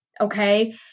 Okay